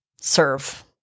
serve